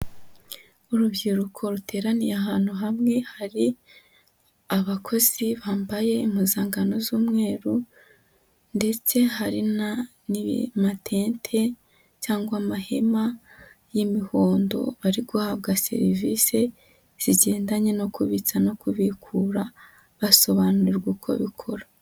Urubyiruko ruteraniye ahantu hamwe, hari abakozi bambaye impuzankano z'umweru ndetse hari n'amatente cyangwa amahema y'imihondo, ari guhabwa serivisi zigendanye no kubitsa no kubikura basobanurirwa uko bikora.